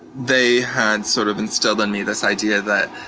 they had sort of instilled on me this idea that